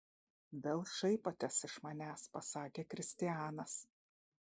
vėl šaipotės iš manęs pasakė kristianas